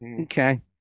Okay